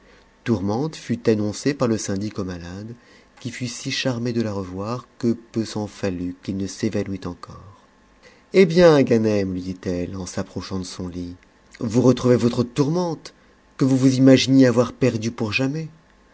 tourmente fut annoncée par e syndic au malade qui fut si charmé de fa revoir que peu s'en fallut qu'il ne s'évanouît encore hé bien ganem lui dit-elle en s'approchant de son lit vous retrouvez votre tourmente que vous vous imaginiez oir perdue pour jamais